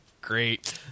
Great